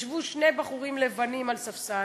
ישבו שני בחורים לבנים על ספסל,